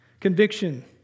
Conviction